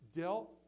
dealt